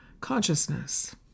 consciousness